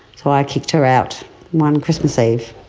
so i kicked her out one christmas eve,